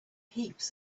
heaps